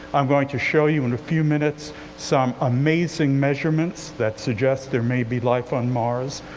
i'm going to show you in a few minutes some amazing measurements that suggest there may be life on mars.